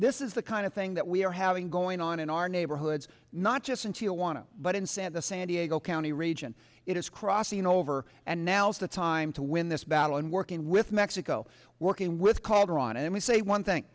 this is the kind of thing that we are having going on in our neighborhoods not just in tijuana but in santa san diego county region it is crossing over and now's the time to win this battle and working with mexico working with calderon and i say one thing